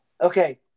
okay